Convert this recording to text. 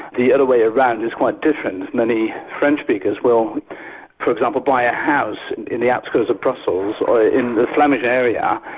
the other way around is quite different many french speakers will for example buy a house in the outskirts of brussels or in the flemish area,